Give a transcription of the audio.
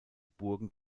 burgen